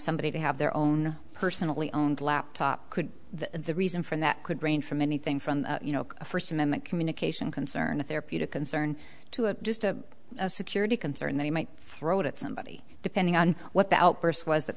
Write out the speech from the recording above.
somebody to have their own personally owned laptop could the reason for that could range from anything from you know a first amendment communication concern a therapeutic concern to a just a security concern they might throw it at somebody depending on what the outburst was